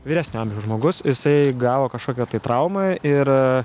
vyresnio amžiaus žmogus jisai gavo kažkokią traumą ir